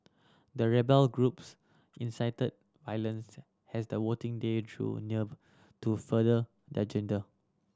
the rebel groups incited has the voting day drew near to further their agenda